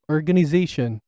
organization